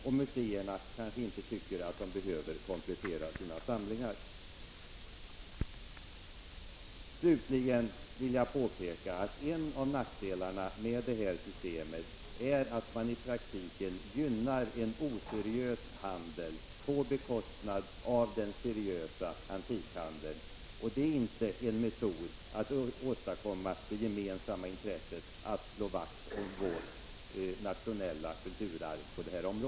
Det kan ju hända att museerna inte tycker att de behöver komplettera sina samlingar. Slutligen vill jag påpeka att en av nackdelarna med det föreslagna systemet är att man i praktiken gynnar en oseriös handel, på bekostnad av den seriösa antikhandeln. Det är inte en bra metod att åstadkomma det som vi gemensamt har intresse av, ett vaktslående om vårt nationella kulturarv.